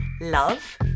love